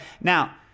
Now